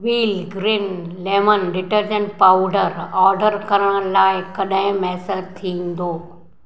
wheel green lemon detergent powder order करण लाइ कॾहिं मुयसरु थींदो